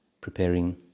preparing